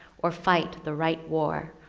or fight the right war,